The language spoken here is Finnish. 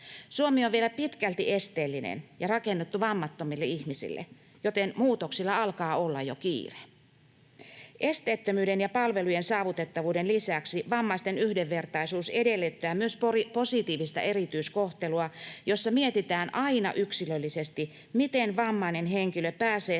Suomi on vielä pitkälti esteellinen ja rakennettu vammattomille ihmisille, joten muutoksilla alkaa olla jo kiire. Esteettömyyden ja palvelujen saavutettavuuden lisäksi vammaisten yhdenvertaisuus edellyttää myös positiivista erityiskohtelua, jossa mietitään aina yksilöllisesti, miten vammainen henkilö pääsee samalle viivalle ja